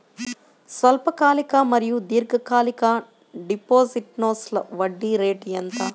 స్వల్పకాలిక మరియు దీర్ఘకాలిక డిపోజిట్స్లో వడ్డీ రేటు ఎంత?